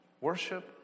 Worship